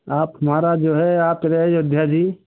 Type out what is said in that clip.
आप हमारा जो है आप चले आइए अयोध्या जी